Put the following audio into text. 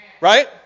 right